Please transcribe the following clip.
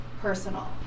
personal